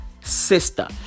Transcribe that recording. sister